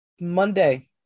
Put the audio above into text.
Monday